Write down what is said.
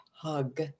hug